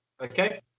okay